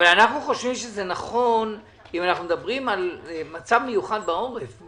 אנחנו חושבים שזה נכון אם מדברים על מצב מיוחד בעורף.